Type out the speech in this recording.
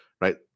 right